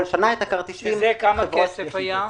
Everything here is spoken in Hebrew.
כמה כסף זה היה?